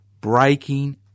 breaking